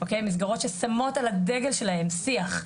מסגרות ששמות על הדגל שלהן שיח,